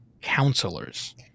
counselors